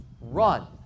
run